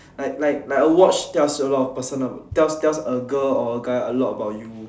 like like like a watch tells a person tells tells a girl or a guy a lot about you